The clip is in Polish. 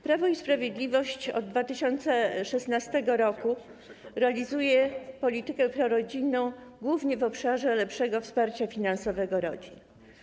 Prawo i Sprawiedliwość od 2016 r. realizuje politykę prorodzinną głównie w obszarze lepszego wsparcia finansowego rodzin.